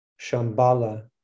Shambhala